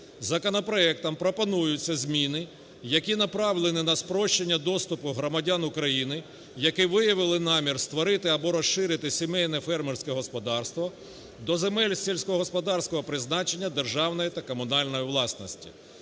Законопроектом пропонуються зміни, які направлені на спрощення доступу громадян України, які виявили намір створити або розширити сімейне фермерське господарство до земель сільськогосподарського призначення державної та комунальної власності.